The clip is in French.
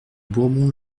bourbon